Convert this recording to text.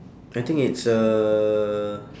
I think it's a